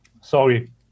Sorry